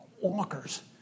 walkers